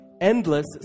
endless